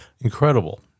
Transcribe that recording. Incredible